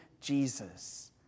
Jesus